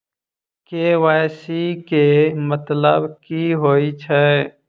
KYC केँ मतलब की होइ छै?